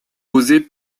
posés